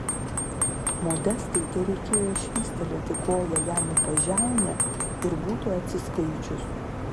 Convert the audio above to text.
modestai tereikėjo švystelėti koja jam į pažiaunę ir būtų atsiskaičius